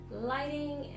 lighting